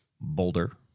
Boulder